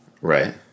Right